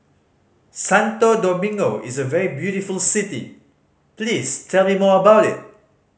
Santo Domingo is a very beautiful city please tell me more about it